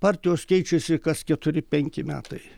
partijos keičiasi kas keturi penki metai